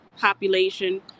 population